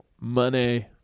Money